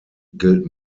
gilt